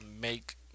make